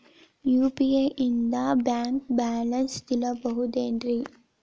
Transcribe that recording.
UPI ನಿಂದ bank balance ತಿಳಿಬಹುದೇನ್ರಿ?